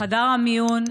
בחדר המיון.